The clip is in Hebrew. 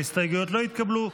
ההסתייגויות לא התקבלו.